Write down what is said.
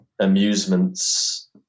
amusements